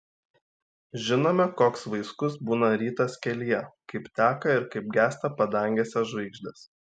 žinome koks vaiskus būna rytas kelyje kaip teka ir kaip gęsta padangėse žvaigždės